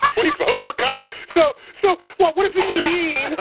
um we vote for congress. so, so, what what does it mean?